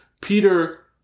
Peter